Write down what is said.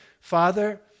Father